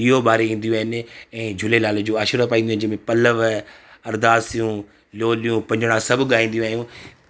ॾीओ बारे ईंदियूं आहिनि ऐं झूलेलाल जो आशिर्वाद पाईंदियूं आहिनि जंहिं में पलव अरदासियूं लोलियूं पंजणा सभु ॻाईंदियूं आहियूं